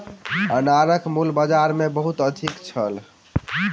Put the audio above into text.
अनारक मूल्य बाजार मे बहुत अधिक छल